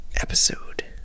episode